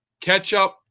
Ketchup